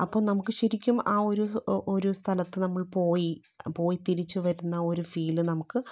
അപ്പോൾ നമുക്ക് ശെരിക്കും ആ ഒരു ഒരു സ്ഥലത്ത് നമ്മൾ പോയി പോയിതിരിച്ചു വരുന്ന ഒരു ഫീല് നമുക്ക്